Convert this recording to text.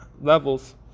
levels